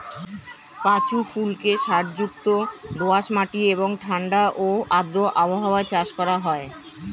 পাঁচু ফুলকে সারযুক্ত দোআঁশ মাটি এবং ঠাণ্ডা ও আর্দ্র আবহাওয়ায় চাষ করা হয়